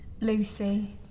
Lucy